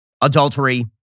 Adultery